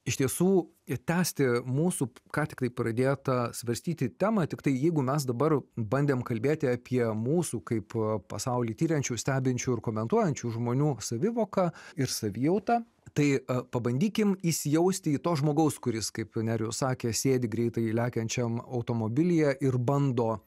iš tiesų ir tęsti mūsų ką tiktai pradėtą svarstyti temą tiktai jeigu mes dabar bandėm kalbėti apie mūsų kaip pasaulį tiriančių stebinčių ir komentuojančių žmonių savivoką ir savijautą tai pabandykim įsijausti į to žmogaus kuris kaip nerijus sakė sėdi greitai lekiančiam automobilyje ir bando